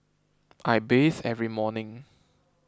I bathe every morning